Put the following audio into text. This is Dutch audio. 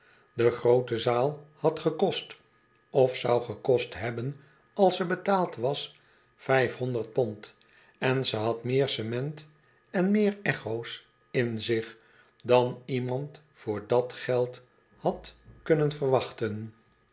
de groote zaal had gekost of zou gekost hebben als ze betaald was vijfhonderd pond en ze had meer cement en meer echo's in zich dan iemand voor dat geld had kunnen verwachten